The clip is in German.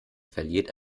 verliert